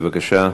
בבקשה.